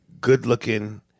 Good-looking